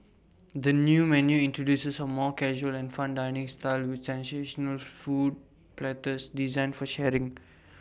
the new menu introduces A more casual and fun dining style with sensational food platters designed for sharing